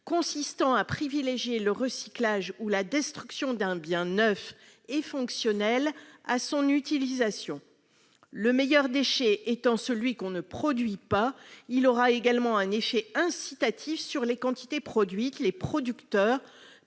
consistant à privilégier le recyclage ou la destruction d'un bien neuf et fonctionnel à son utilisation. Le meilleur déchet étant celui que l'on ne produit pas, il aura également un effet incitatif sur les quantités produites, les producteurs